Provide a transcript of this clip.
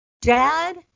Dad